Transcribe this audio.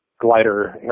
glider